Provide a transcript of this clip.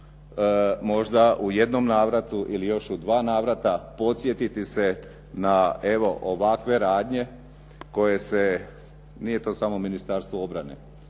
možda u jednom navratu ili još u dva navrata podsjetiti se na evo ovakve radnje koje se nije to samo Ministarstvo obrane